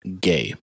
gay